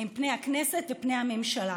הן פני הכנסת ופני הממשלה.